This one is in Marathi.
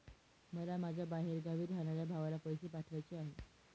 मला माझ्या बाहेरगावी राहणाऱ्या भावाला पैसे पाठवायचे आहे